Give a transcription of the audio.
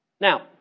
Now